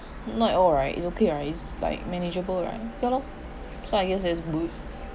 not at all right it's okay rights is like manageable right ya lor so I guess that's good